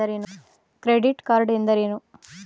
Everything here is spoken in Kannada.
ಕ್ರೆಡಿಟ್ ಕಾರ್ಡ್ ಎಂದರೇನು?